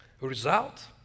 result